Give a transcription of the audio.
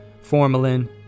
formalin